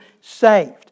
saved